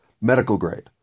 Medical-grade